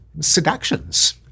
Seductions